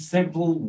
Simple